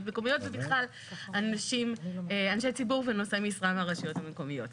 מקומיות ובכלל אנשי ציבור ונושאי משרה מהרשויות המקומיות.